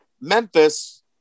Memphis